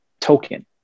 Token